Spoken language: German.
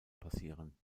passieren